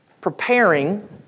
preparing